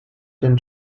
den